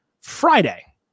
friday